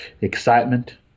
Excitement